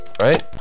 right